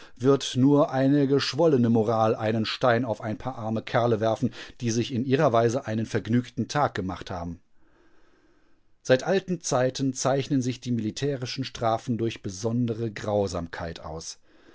wird nur eine geschwollene moral einen stein auf ein paar arme kerle werfen die sich in ihrer weise einen vergnügten tag gemacht haben seit alten zeiten zeichnen sich die militärischen strafen durch besondere grausamkeit aus